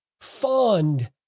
fond